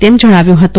તેમણે જણાવ્યું હતું